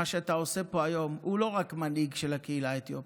במה שאתה עושה פה היום אתה לא רק מנהיג של הקהילה האתיופית.